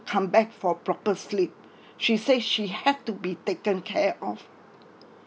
come back for proper sleep she say she had to be taken care of